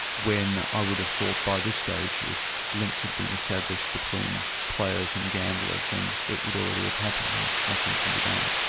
when i would have thought by this stage if links had been established between players and gamblers, then it would already have happened and nothing can be done.